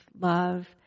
love